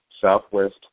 Southwest